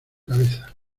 cabeza